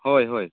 ᱦᱳᱭ ᱦᱳᱭ